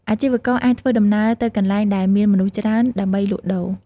អាជីវករអាចធ្វើដំណើរទៅកន្លែងដែលមានមនុស្សច្រើន ដើម្បីលក់ដូរ។